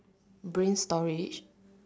brain storage